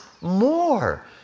more